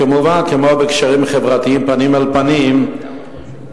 כמו בקשרים חברתיים פנים אל פנים,